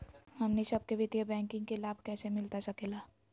हमनी सबके वित्तीय बैंकिंग के लाभ कैसे मिलता सके ला?